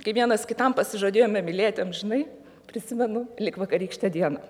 kai vienas kitam pasižadėjome mylėti amžinai prisimenu lyg vakarykštę dieną